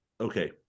okay